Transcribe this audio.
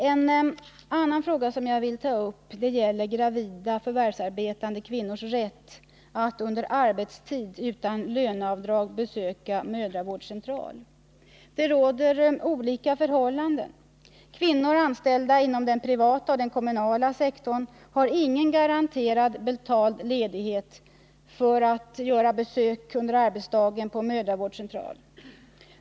En annan fråga som jag vill ta upp gäller gravida förvärvsarbetande kvinnors rätt att under arbetstid utan löneavdrag besöka mödravårdscentral. Det råder olika förhållanden. Kvinnor anställda inom den privata och den kommunala sektorn har ingen garanterad betald ledighet för besök på mödravårdscentral under arbetsdagen.